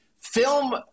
film